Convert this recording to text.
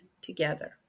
together